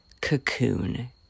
cocoon